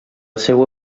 seua